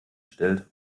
stellt